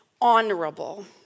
honorable